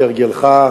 כהרגלך,